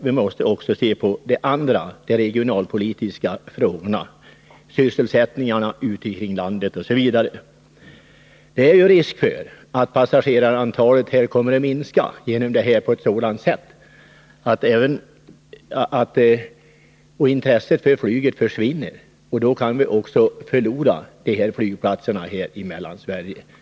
Vi måste också se på de regionalpolitiska frågorna, sysselsättningen ute i landet osv: Det är risk för att passagerarantalet här kommer att minska på ett sådant sätt att intresset för att upprätthålla flyget försvinner. Därigenom kan vi också komma att förlora flygplatserna i Mellansverige.